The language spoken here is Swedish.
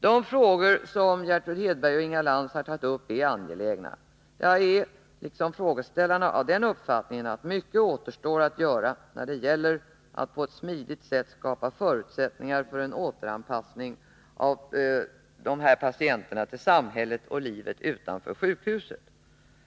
De frågor som Gertrud Hedberg och Inga Lantz har tagit upp är angelägna. Jag är liksom frågeställarna av den uppfattningen att mycket återstår att göra när det gäller att på ett smidigt sätt skapa förutsättningar för en återanpassning av ifrågavarande patienter till samhället och livet utanför sjukhuset.